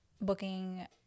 booking